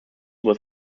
was